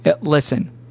Listen